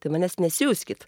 tai manęs nesiųskit